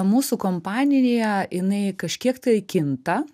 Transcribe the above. mūsų kompanija jinai kažkiek tai kinta